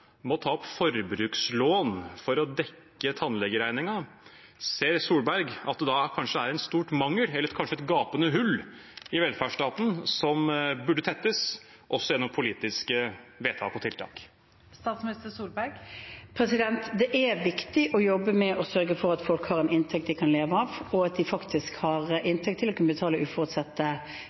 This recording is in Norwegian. må ta opp forbrukslån for å dekke tannlegeregningen, ser statsminister Solberg at det kanskje da er en stor mangel, eller kanskje et gapende hull, i velferdsstaten som burde tettes også gjennom politiske vedtak og tiltak? Det er viktig å jobbe med å sørge for at folk har en inntekt de kan leve av, og at de faktisk har inntekt til å kunne betale uforutsette